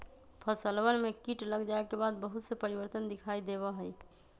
फसलवन में कीट लग जाये के बाद बहुत से परिवर्तन दिखाई देवा हई